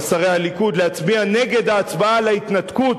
שרי הליכוד להצביע נגד בהצבעה על ההתנתקות,